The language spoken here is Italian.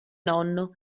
nonno